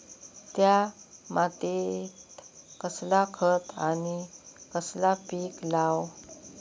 त्या मात्येत कसला खत आणि कसला पीक लाव?